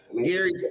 Gary